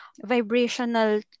vibrational